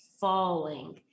falling